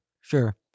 Sure